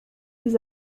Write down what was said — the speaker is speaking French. des